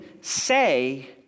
say